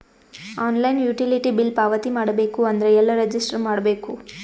Online utility bill ಪಾವತಿ ಮಾಡಬೇಕು ಅಂದ್ರ ಎಲ್ಲ ರಜಿಸ್ಟರ್ ಮಾಡ್ಬೇಕು?